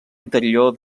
interior